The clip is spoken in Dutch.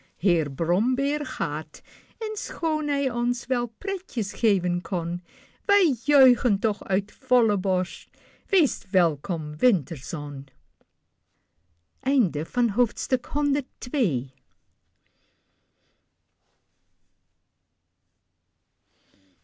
heer brombeer gaat en schoon hij ons wel pretjes geven kon wij juichen toch uit volle borst wees welkom